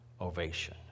ovation